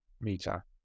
meter